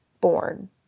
born